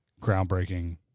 groundbreaking